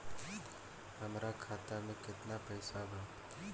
हमरा खाता मे केतना पैसा बा?